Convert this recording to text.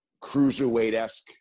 cruiserweight-esque